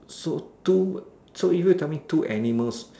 so two so if you tell me two animals